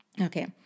Okay